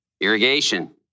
Irrigation